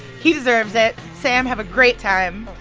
he deserves it. sam, have a great time.